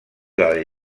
del